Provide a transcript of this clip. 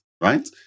right